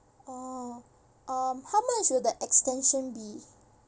orh uh how much would the extension be